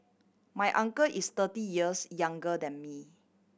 my uncle is thirty years younger than me